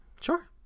Sure